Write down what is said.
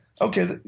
okay